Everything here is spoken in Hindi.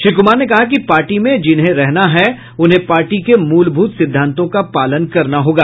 श्री कुमार ने कहा कि पार्टी में जिन्हें रहना है उन्हें पार्टी के मूलभूत सिद्धांतों का पालन करना होगा